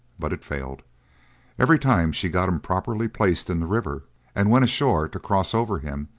but it failed every time she got him properly placed in the river and went ashore to cross over him,